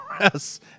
Yes